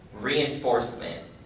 reinforcement